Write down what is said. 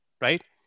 right